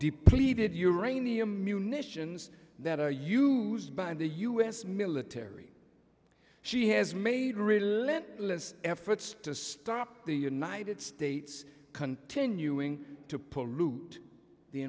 depleted uranium munitions that are used by the u s military she has made real efforts to stop the united states continuing t